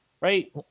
Right